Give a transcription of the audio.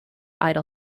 idle